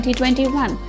2021